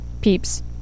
peeps